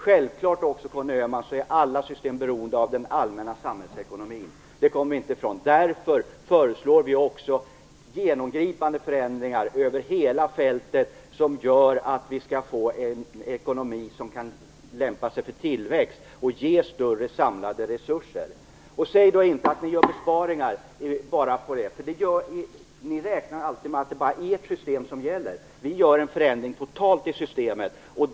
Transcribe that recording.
Självfallet, Conny Öhman, är alla system beroende av den allmänna samhällsekonomin - det kommer man inte ifrån. Därför föreslår vi också genomgripande förändringar över hela fältet som gör att vi får en ekonomi som lämpar sig för tillväxt och ger större samlade resurser. Säg inte att det görs besparingar! Ni räknar alltid med att det bara är ert system som gäller. Vi vill göra en total förändring av systemet.